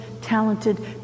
talented